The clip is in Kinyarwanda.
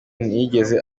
ntiyigeze